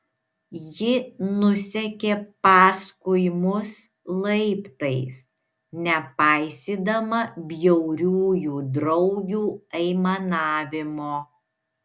ji nusekė paskui mus laiptais nepaisydama bjauriųjų draugių aimanavimo